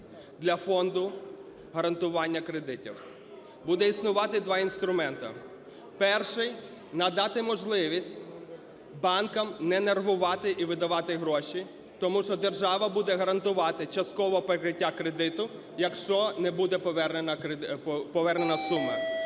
для фонду гарантування кредитів. Буде існувати два інструмента. Перший – надати можливість банкам не нервувати і видавати гроші. Тому що держава буде гарантувати часткове покриття кредиту, якщо не буде повернено суму.